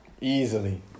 Easily